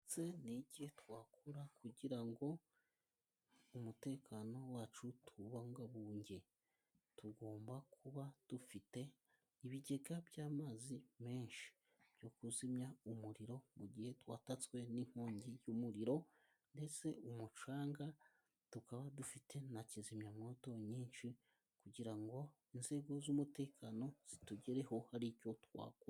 Ese ni iki twakora kugira ngo umutekano wacu tuwubungabunge tugomba kuba dufite ibigega by'amazi menshi byo kuzimya umuriro mu gihe twatatswe n'inkongi y'umuriro ndetse umucanga tukaba dufite na kizimyamwoto nyinshi kugira ngo inzego z'umutekano zitugereho hari icyo twakora.